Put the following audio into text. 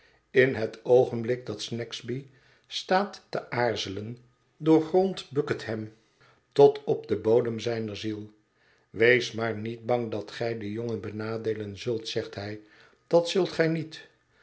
in het oogenblik dat snagsby staat te aarzelen doorgrondt bucket hem tot op den bodem zijner ziel wees maar niet bang dat gij den jongen benadeelen zult zegt hij dat zult gij niet